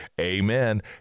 Amen